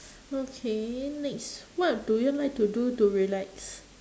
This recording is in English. okay next what do you like to do to relax